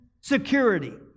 security